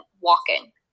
walking